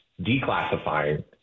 declassifying